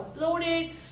uploaded